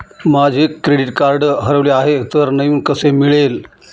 माझे credit card हरवले आहे तर नवीन कसे मिळेल?